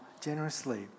generously